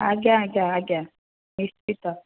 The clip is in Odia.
ଆଜ୍ଞା ଆଜ୍ଞା ଆଜ୍ଞା ନିଶ୍ଚିତ